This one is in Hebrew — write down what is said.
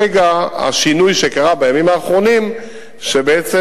השינוי שקרה בימים האחרונים הוא שבעצם